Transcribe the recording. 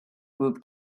group